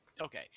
Okay